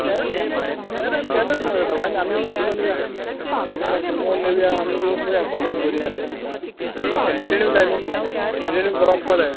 parents पॅर पॅनन्स नाका दोगांयनी आमी माश्श कन या आमी माश्श पोवन येवया आनी पोया कॉलेज बरी आनी आम माश्शे एंटटेणूय जाय न्हय एंटटेण बरो आसपा जाय